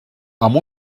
amb